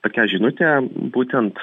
tokią žinutę būtent